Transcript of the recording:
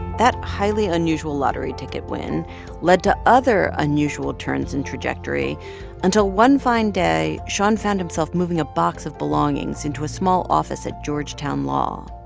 that highly unusual lottery ticket win led to other unusual turns in trajectory until one fine day, shon found himself moving a box of belongings into a small office at georgetown law.